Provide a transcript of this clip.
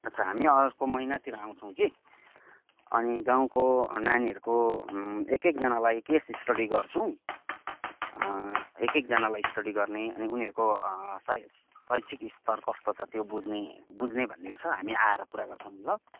अच्छा हामी अर्को महिनातिर आउँछौ कि अनि गाउँको नानीहरूको एक एकजनालाई केस स्टडी गर्छौँ एक एकजनालाई स्टडी गर्ने अनि उनीहरूको शै शैक्षिक स्तर कस्तो छ त्यो बुझ्ने बुझ्ने भन्ने छ हामी आएर कुरा गर्छौँ नि ल